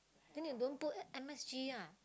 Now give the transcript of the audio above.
then you don't put M_S_G ah